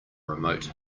remote